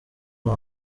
nta